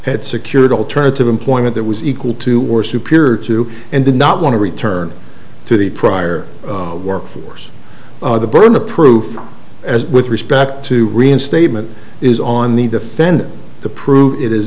had secured alternative employment that was equal to were superior to and did not want to return to the prior work force the burden of proof as with respect to reinstatement is on the defendant to prove it is